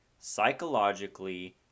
psychologically